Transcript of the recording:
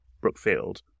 Brookfield